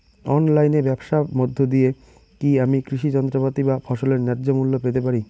অনলাইনে ব্যাবসার মধ্য দিয়ে কী আমি কৃষি যন্ত্রপাতি বা ফসলের ন্যায্য মূল্য পেতে পারি?